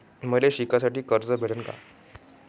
मले शिकासाठी कर्ज भेटन का?